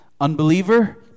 Unbeliever